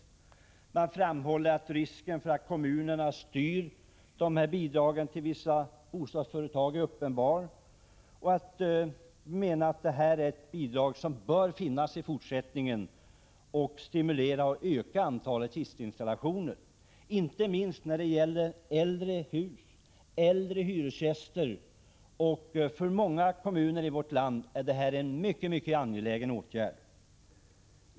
Moderaterna framhåller att risken för att kommunerna styr bidragen till vissa bostadsföretag är uppenbar och menar att detta är ett bidrag som bör finnas kvar för att stimulera och öka antalet hissinstallationer inte minst när det gäller äldre hus. För många äldre hyresgäster och för många kommuner i vårt land är detta en mycket angelägen åtgärd.